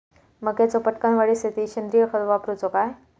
मक्याचो पटकन वाढीसाठी सेंद्रिय खत वापरूचो काय?